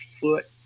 foot